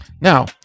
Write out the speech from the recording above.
Now